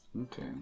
Okay